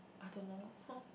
I don't know